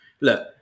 Look